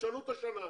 תשנו את השנה,